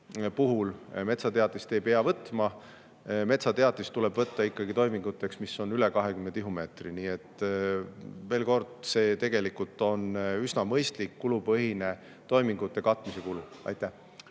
puhul metsateatist ei pea võtma. Metsateatis tuleb võtta ikkagi toiminguteks, mis on üle 20 tihumeetri. Nii et veel kord: see on tegelikult üsna mõistlik kulupõhine toimingute katmise kulu. Aitäh!